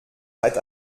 hat